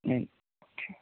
ਨਹੀਂ ਉੱਥੇ